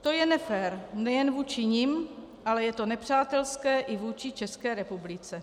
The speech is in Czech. To je nefér nejen vůči nim, ale je to nepřátelské i vůči České republice.